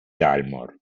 dalmor